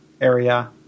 area